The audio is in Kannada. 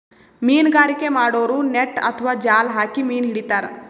ಮೀನ್ಗಾರಿಕೆ ಮಾಡೋರು ನೆಟ್ಟ್ ಅಥವಾ ಜಾಲ್ ಹಾಕಿ ಮೀನ್ ಹಿಡಿತಾರ್